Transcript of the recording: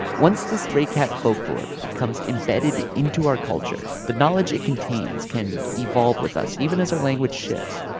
once this ray cat folklore becomes embedded into our culture, the knowledge it contains can evolve with us even as our language shifts.